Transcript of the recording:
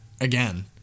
again